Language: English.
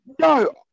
No